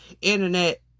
internet